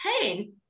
hey